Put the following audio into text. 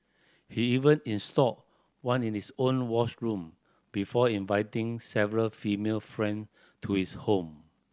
he even installed one in his own wash room before inviting several female friend to his home